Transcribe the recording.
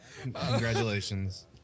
Congratulations